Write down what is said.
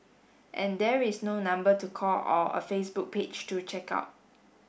and there is no number to call or a Facebook page to check out